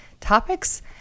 topics